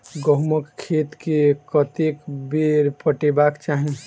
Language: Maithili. गहुंमक खेत केँ कतेक बेर पटेबाक चाहि?